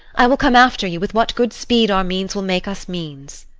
i will come after you with what good speed our means will make us means.